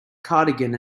cardigan